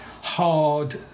hard